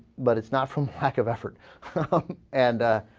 but it's not from pack of effort and ah.